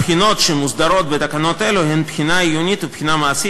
הבחינות שמוסדרות בתקנות אלה הן בחינה עיונית ובחינה מעשית